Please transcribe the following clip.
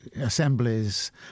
assemblies